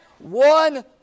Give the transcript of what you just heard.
One